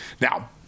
Now